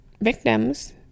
victims